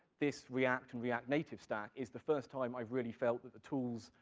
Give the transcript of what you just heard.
this react and react native stack is the first time i've really felt that the tools,